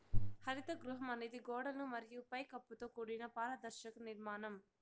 హరిత గృహం అనేది గోడలు మరియు పై కప్పుతో కూడిన పారదర్శక నిర్మాణం